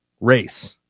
race